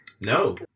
No